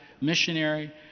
missionary